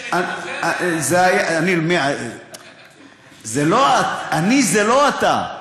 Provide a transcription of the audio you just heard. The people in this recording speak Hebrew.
אני זה לא אתה.